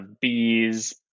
bees